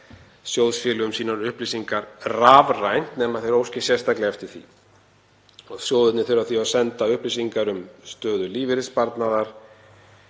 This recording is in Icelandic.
sjóðfélögum sínum upplýsingar rafrænt nema þeir óski sérstaklega eftir því. Sjóðirnir þurfa því að senda upplýsingar um stöðu lífeyrissparnaðar,